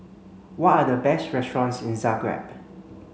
what are the best restaurants in Zagreb